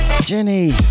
Jenny